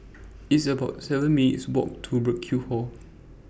It's about seven minutes' Walk to Burkill Hall